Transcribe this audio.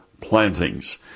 plantings